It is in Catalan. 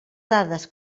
dades